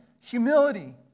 humility